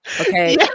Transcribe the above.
Okay